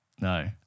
No